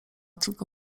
tylko